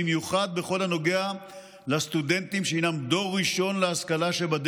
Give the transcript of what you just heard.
במיוחד בכל הנוגע לסטודנטים שהם דור ראשון להשכלה,